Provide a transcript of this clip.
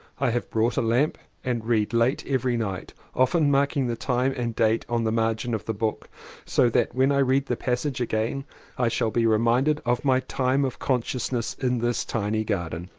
i have bought a lamp and read late every night, often marking the time and date on the margin of the book so that when i read the passage again i shall be reminded of my time of consciousness in this tiny garden.